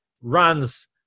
runs